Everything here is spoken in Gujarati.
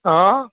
હં